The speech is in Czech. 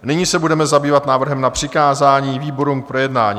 Nyní se budeme zabývat návrhem na přikázání výborům k projednání.